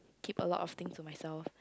keep a lot of things to myself